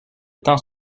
temps